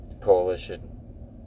coalition